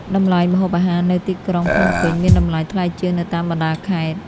តម្លៃម្ហូបអាហារនៅទីក្រុងភ្នំពេញមានតម្លៃថ្លៃជាងនៅតាមបណ្តាខេត្ត។